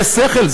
זה שכל?